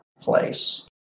place